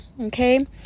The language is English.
okay